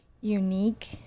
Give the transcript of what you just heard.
unique